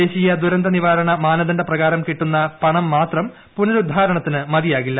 ദേശീയ ദുരന്തനിവാരണ മാനദണ്ഡപ്രകാരം കിട്ടുന്ന പണം മാത്രം പുനരുദ്ധാരണത്തിന് മതിയാകില്ല